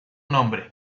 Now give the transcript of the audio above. nombre